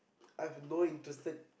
I've no interested